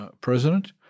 president